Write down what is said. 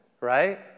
right